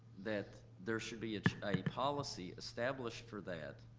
that there should be a policy established for that,